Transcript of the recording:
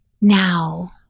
now